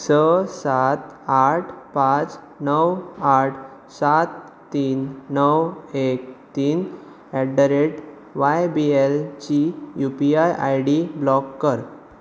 स सात आठ पांच णव आठ सात तीन णव एक तीन at the rate Y B एलची युपीआय आय डी ब्लॉक कर